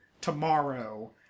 tomorrow